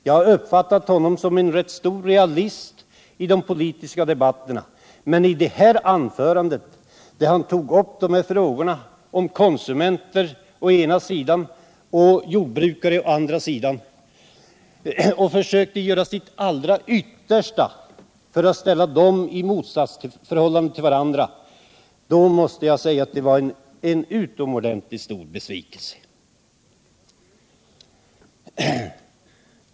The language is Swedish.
Jag har uppfattat Åke Wictorsson som en rätt stor realist i de politiska debatterna, men hans anförande i denna debatt, där han gjorde sitt allra yttersta för att ställa konsumenter och jordbrukare i motsatsförhållande till varandra, var en utomordentligt stor besvikelse.